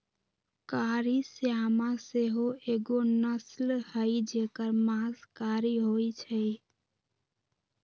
कारी श्यामा सेहो एगो नस्ल हई जेकर मास कारी होइ छइ